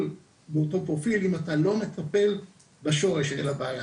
באותו פרופיל אם אתה לא מטפל בשורש של הבעיה.